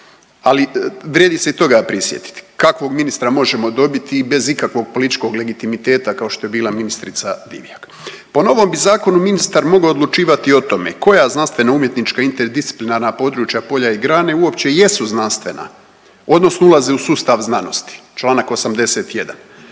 Ali vrijedi se i toga prisjetiti kakvog ministra možemo dobiti i bez ikakvog političkog legitimiteta kao što je bila ministrica Divjak. Po novom bi zakonu ministar mogao odlučivati o tome koja znanstvena umjetnička interdisciplinarna područja, polja i grane uopće jesu znanstvena odnosno ulaze u sustav znanosti članak 81.